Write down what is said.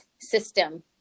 system